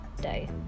day